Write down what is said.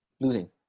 losing